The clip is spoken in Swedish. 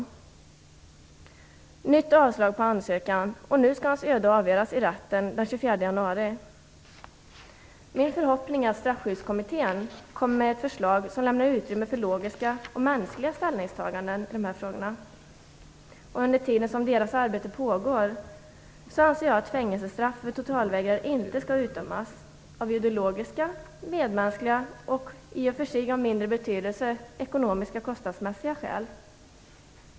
Det blev ett nytt avslag på ansökan, och nu skall hans öde avgöras i rätten den 24 januari. Min förhoppning är att Straffsystemkommittén skall komma med ett förslag som lämnar utrymme för logiska och mänskliga ställningstaganden i dessa frågor. Under den tid som kommitténs arbete pågår anser jag att fängelsestraff för totalvägrare inte skall utdömas, av ideologiska, medmänskliga och - i och för sig av mindre betydelse - ekonomiska och kostnadsmässiga skäl.